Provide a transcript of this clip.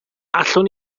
allwn